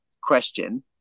question